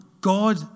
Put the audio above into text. God